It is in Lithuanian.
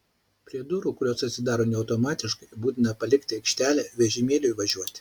prie durų kurios atsidaro ne automatiškai būtina palikti aikštelę vežimėliui važiuoti